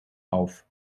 auf